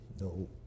no